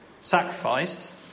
sacrificed